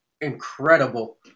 incredible